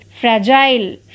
fragile